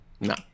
No